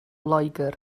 loegr